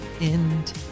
end